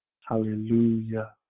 Hallelujah